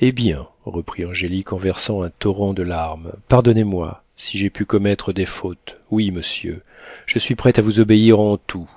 eh bien reprit angélique en versant un torrent de larmes pardonnez-moi si j'ai pu commettre des fautes oui monsieur je suis prête à vous obéir en tout